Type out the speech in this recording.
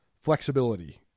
flexibility